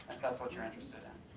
that's what you're interested in.